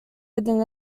within